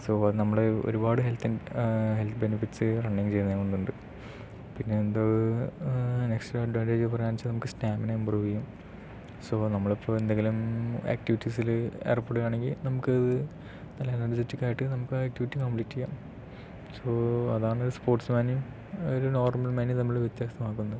so നമ്മളുടെ ഒരുപാട് ഹെൽത്തിങ് ഹെൽത്ത് ബെനിഫിറ്റ്സ് റണ്ണിങ് ചെയ്യുന്നതുകൊണ്ട് ഉണ്ട് പിന്നെ എന്തോ നെക്സ്റ്റ് അഡ്വാൻറ്റേജ് പറയാന്നു വെച്ചാൽ നമുക്ക് സ്റ്റാമിന ഇമ്പ്രൂവെയും സൊ നമ്മളെപ്പോഴും എന്തെങ്കിലും ആക്ടിവിറ്റീസില് ഏർപ്പെടുവാണെങ്കിൽ നമുക്കത് നല്ല എനെർജിറ്റിക്കായിട്ട് നമുക്കാ ആക്ടിവിറ്റി കമ്പ്ലീറ്റെയ്യാം സൊ അതാണൊരു സ്പോർട്സ്മാനെയും ഒരു നോർമൽമാനെയും തമ്മില് വ്യത്യസ്തമാക്കുന്നത്